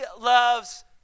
loves